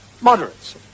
moderates